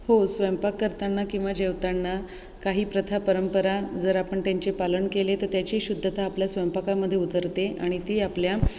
हो स्वयंपाक करताना किंवा जेवताना काही प्रथा परंपरा जर आपण त्यांचे पालन केले तर त्याची शुद्धता आपल्या स्वयंपाकामध्ये उतरते आणि ती आपल्या